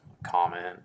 comment